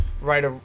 right